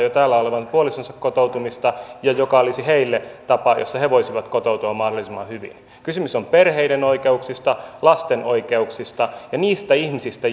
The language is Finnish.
jo täällä olevan puolisonsa kotoutumista ja joka olisi heille tapa jolla he voisivat kotoutua mahdollisimman hyvin kysymys on perheiden oikeuksista lasten oikeuksista ja niistä ihmisistä